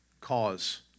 cause